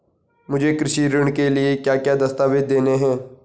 मुझे कृषि ऋण के लिए क्या क्या दस्तावेज़ देने हैं?